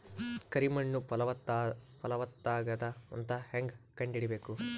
ಕರಿ ಮಣ್ಣು ಫಲವತ್ತಾಗದ ಅಂತ ಹೇಂಗ ಕಂಡುಹಿಡಿಬೇಕು?